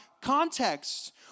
context